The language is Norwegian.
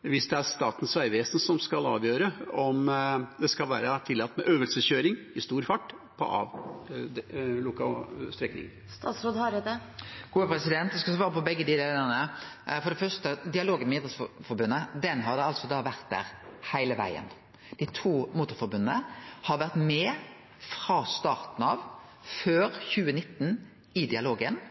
det er Statens vegvesen som skal avgjøre om det skal være tillatt med øvelseskjøring i stor fart på avlukkede strekninger? Eg skal svare på begge spørsmåla. For det første har dialogen med Idrettsforbundet vore der heile vegen. Dei to motorforbunda har vore med i dialogen frå starten, før 2019. Idrettsforbundet har vore ein del